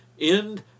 end